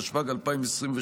התשפ"ג 2023,